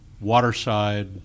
Waterside